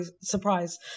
Surprise